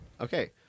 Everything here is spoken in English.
Okay